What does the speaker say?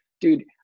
dude